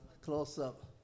close-up